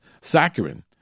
saccharin